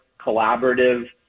collaborative